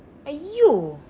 !aiyo!